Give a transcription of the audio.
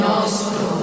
Nostro